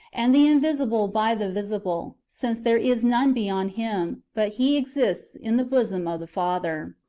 and the invisible by the visible since there is none beyond him, but he exists in the bosom of the father.